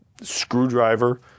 screwdriver